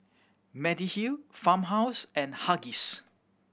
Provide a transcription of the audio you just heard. Mediheal Farmhouse and Huggies